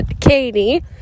Katie